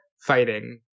fighting